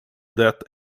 that